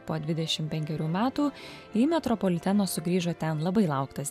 po dvidešim penkerių metų į metropoliteną sugrįžo ten labai lauktas